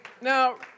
Now